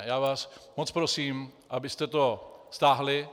Já vás moc prosím, abyste to stáhli.